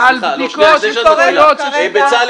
מה שקורה